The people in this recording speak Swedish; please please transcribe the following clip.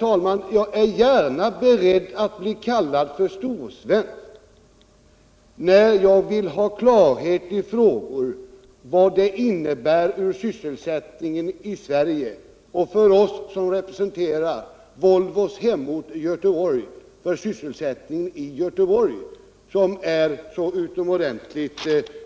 Jag är, herr talman, beredd att låta mig bli kallad för storsvensk när jag vill ha klarhet i vad det innebär för sysselsättningsläget i Sverige och för oss som representerar Volvos hemort — dvs. för sysselsättningen i Göteborg — när läget är så utomordentligt